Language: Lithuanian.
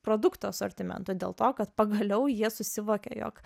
produktų asortimentu dėl to kad pagaliau jie susivokė jog